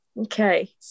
Okay